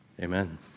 Amen